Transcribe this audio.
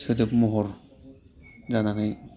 सोदोब महर जानानै